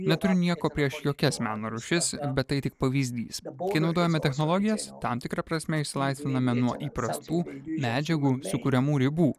neturim nieko prieš jokias meno rūšis bet tai tik pavyzdys kai naudojame technologijas tam tikra prasme išsilaisviname nuo įprastų medžiagų sukuriamų ribų